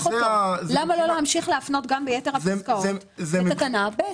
למה לא להמשיך להפנות גם ביתר הפסקאות לתקנה ב?